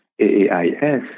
AAIS